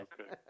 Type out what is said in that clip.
Okay